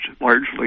largely